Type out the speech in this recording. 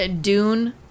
Dune